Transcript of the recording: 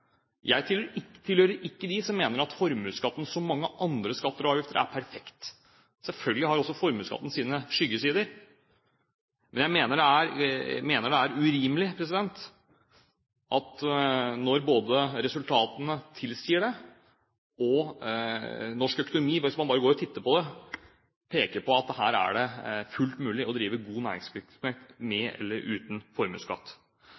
tilhører ikke dem som mener at formuesskatten, som mange andre skatter og avgifter, er perfekt. Selvfølgelig har også formuesskatten sine skyggesider, men jeg mener det er urimelig når både resultatene tilsier det og norsk økonomi, hvis man bare kan gå og titte på det og peke på at her er det fullt mulig å drive god næringsvirksomhet med eller uten formuesskatt.